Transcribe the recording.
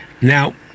Now